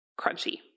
crunchy